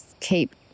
keep